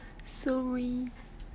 sorry